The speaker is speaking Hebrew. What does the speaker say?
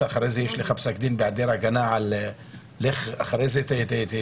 ואחר כך יש לך פסק דין בהיעדר הגנה ולך אחר כך ותגיש